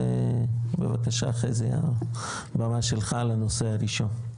ובבקשה חזי הבמה שלך לנושא הראשון.